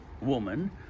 woman